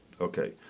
Okay